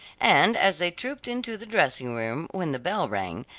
and as they trooped into the dressing-room when the bell rang,